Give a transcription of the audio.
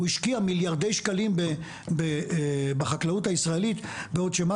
הוא השקיע מיליארדי שקלים בחקלאות הישראלית בעוד שמה